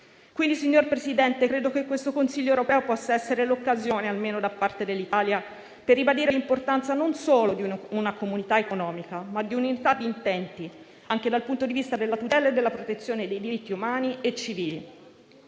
Quindi, signor Presidente, credo che questo Consiglio europeo possa essere l'occasione, almeno da parte dell'Italia, per ribadire l'importanza non solo di una comunità economica, ma anche di un'unità di intenti, anche dal punto di vista della tutela e della protezione dei diritti umani e civili.